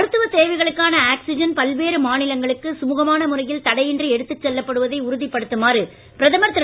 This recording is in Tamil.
மருத்துவத் தேவைகளுக்கான பல்வேறு மாநிலங்களுக்கு சுமுகமான முறையில் தடையின்றி எடுத்துச் செல்லப்படுவதை உறுதிப்படுத்துமாறு பிரதமர் திரு